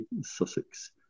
Sussex